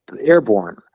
Airborne